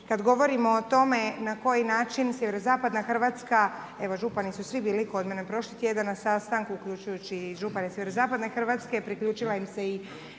Kad govorimo o tome na koji način sjeverozapadna Hrvatska, evo župani su svi bili kod mene prošli tjedan na sastanku uključujući i župane iz sjeverozapadne Hrvatske, priključila im se i